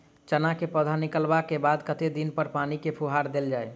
चना केँ पौधा निकलला केँ बाद कत्ते दिन पर पानि केँ फुहार देल जाएँ?